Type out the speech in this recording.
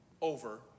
over